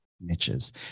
niches